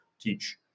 teach